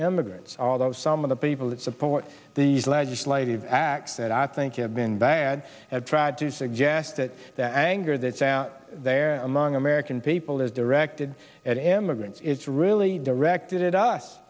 immigrants although some of the people that support these legislative acts that i think you have been bad have tried to suggest that the anger that's out there among american people is directed at immigrants is really directed at us